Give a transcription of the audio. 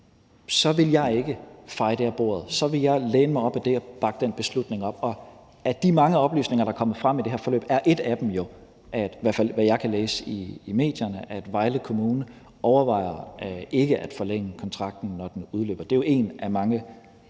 så vil jeg ikke feje det af bordet. Så vil jeg læne mig op ad det og bakke den beslutning op, og af de mange oplysninger, der er kommet frem i det her forløb, er en af dem jo, i hvert fald efter hvad jeg kan læse i medierne, at Vejle Kommune overvejer ikke at forlænge kontrakten, når den udløber. Det er jo, kan man